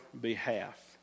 behalf